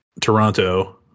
Toronto